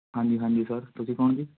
ਹਾਂਜੀ ਹਾਂਜੀ ਸਰ ਤੁਸੀਂ ਕੌਣ ਜੀ